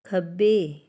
ਖੱਬੇ